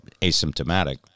asymptomatic